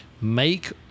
Make